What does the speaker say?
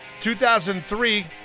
2003